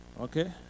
Okay